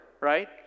right